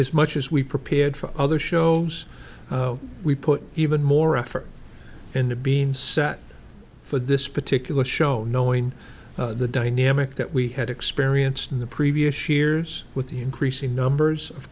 as much as we prepared for other shows we put even more effort into being set for this particular show knowing the dynamic that we had experienced in the previous years with the increasing numbers of